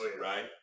right